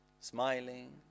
smiling